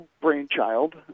brainchild